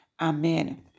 Amen